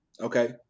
okay